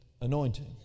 anointing